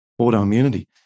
autoimmunity